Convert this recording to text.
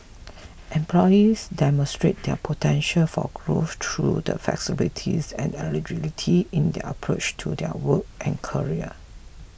employees demonstrate their potential for growth through the flexibilities and agility in their approach to their work and career